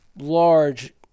large